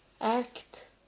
act